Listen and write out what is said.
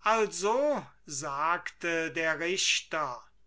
also sagte der richter